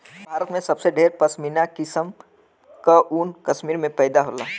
भारत में सबसे ढेर पश्मीना किसम क ऊन कश्मीर में पैदा होला